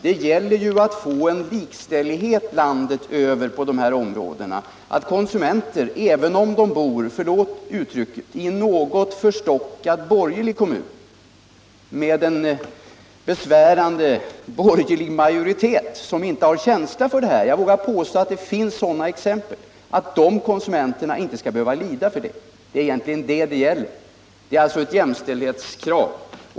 Det gäller ju att få en likställighet landet över på detta område, så att de konsumenter som bor i en, förlåt uttrycket, något förstockad borgerlig kommun med en besvärande borgerlig majoritet, som inte har känsla för det här — jag vågar påstå att det finns sådana exempel — inte skall behöva lida för det. Det är egentligen det det gäller. Det är alltså ett jämställdhetskrav.